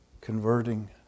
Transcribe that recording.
converting